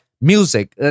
music